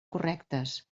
correctes